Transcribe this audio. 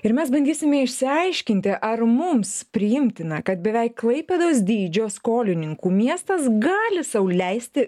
ir mes bandysime išsiaiškinti ar mums priimtina kad beveik klaipėdos dydžio skolininkų miestas gali sau leisti